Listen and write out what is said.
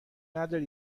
نداری